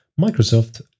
Microsoft